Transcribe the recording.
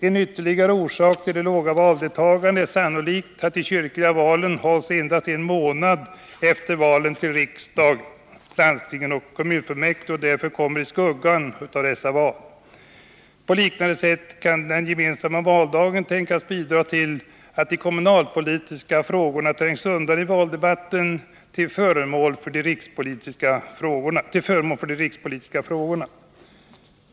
En ytterligare orsak till det låga valdeltagandet är sannolikt att de kyrkliga valen hålls endast en månad efter valen till riksdagen, landstingen och kommunfullmäktige och därför kommer i skuggan av dessa val. På liknande sätt kan den gemensamma valdagen tänkas bidra till att de kommunalpolitiska frågorna trängs undan i valdebatten till förmån för de rikspolitiska frågorna.